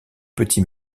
petit